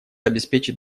обеспечит